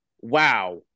wow